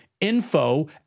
info